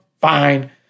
Fine